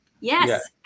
Yes